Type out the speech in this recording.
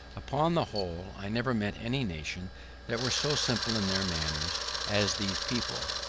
upon the whole, i never met any nation that were so simple in their manners as these people,